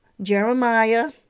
Jeremiah